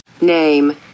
Name